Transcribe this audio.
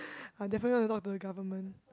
I'll definitely not to talk to the government